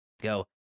Go